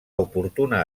oportuna